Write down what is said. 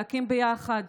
ויחד